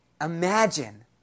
Imagine